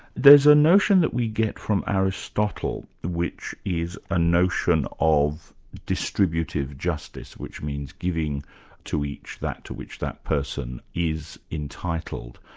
there's a notion that we get from aristotle which is a notion of distributed justice, which means giving to each that to which that person is entitled.